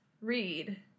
read